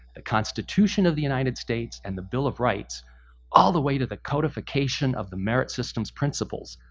the constitution of the united states, and the bill of rights all the way to the codification of the merit systems principles?